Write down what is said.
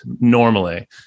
normally